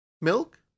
Milk